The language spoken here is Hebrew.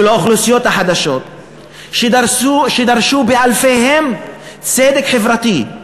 של האוכלוסיות החדשות שדרשו באלפיהן צדק חברתי,